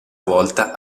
volta